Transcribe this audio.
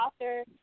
author